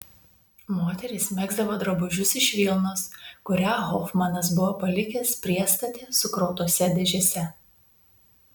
moterys megzdavo drabužius iš vilnos kurią hofmanas buvo palikęs priestate sukrautose dėžėse